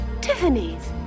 Tiffany's